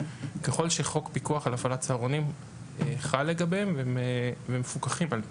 ככל שחוק פיקוח על הפעלת צהרונים חל לגביהם והם מפוקחים על פיו.